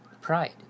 pride